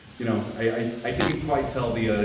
you know, i i didn't quite tell the, ah